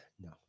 No